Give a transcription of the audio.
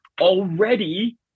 already